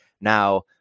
Now